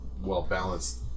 well-balanced